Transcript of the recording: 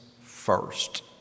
first